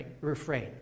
refrain